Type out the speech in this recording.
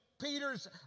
Peter's